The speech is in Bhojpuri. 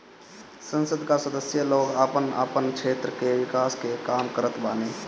संसद कअ सदस्य लोग आपन आपन क्षेत्र कअ विकास के काम करत बाने